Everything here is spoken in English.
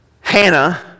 Hannah